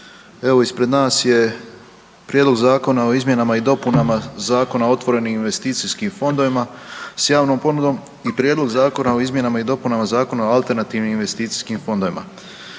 Evo ispred nas je Prijedlog zakona o izmjenama i dopunama Zakona o otvorenim investicijskim fondovima s javnom ponudom i Prijedlog zakona o izmjenama i dopunama Zakona o alternativnim investicijskim fondovima.